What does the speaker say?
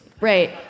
right